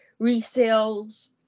resales